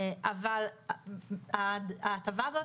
אבל ההטבה הזאת,